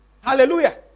Hallelujah